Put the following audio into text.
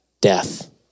death